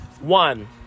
one